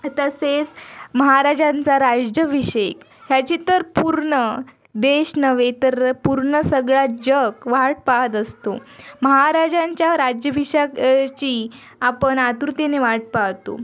तसेच महाराजांचा राज्याभिषेक ह्याची तर पूर्ण देश नव्हे तर पूर्ण सगळं जग वाट पाहत असतो महाराजांच्या राज्याभिषेकाची आपण आतुरतेने वाट पाहतो